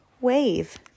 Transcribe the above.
wave